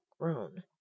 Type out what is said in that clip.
groan